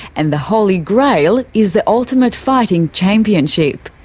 and the holy grail is the ultimate fighting championship.